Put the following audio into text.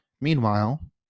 meanwhile